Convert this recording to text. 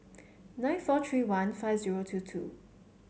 nine four three one five zero two two